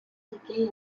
again